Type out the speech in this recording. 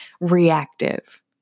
reactive